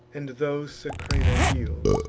and those sacrana yields